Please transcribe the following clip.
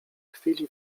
chwili